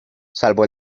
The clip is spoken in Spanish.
salvo